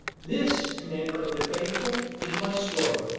this, commander of the faithful, is my story.